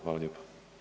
Hvala lijepo.